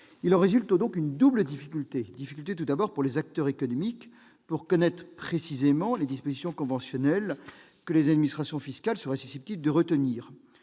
En résulte une double difficulté : tout d'abord, pour les acteurs économiques, pour connaître précisément les dispositions conventionnelles que les administrations fiscales seraient susceptibles de retenir